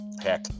heck